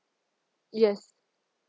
yes